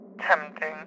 tempting